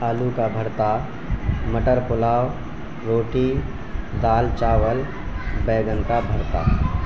آلو کا بھرتا مٹر پلاؤ روٹی دال چاول بینگن کا بھرتا